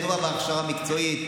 מדובר בהכשרה מקצועית,